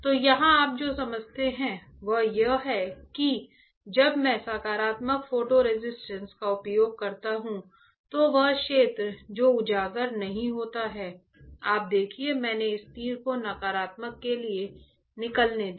तो यहां आप जो समझते हैं वह यह है कि जब मैं सकारात्मक फोटो रेसिस्ट का उपयोग करता हूं तो वह क्षेत्र जो उजागर नहीं होता है आप देखिए मैंने इस तीर को नकारात्मक के लिए निकालने दिया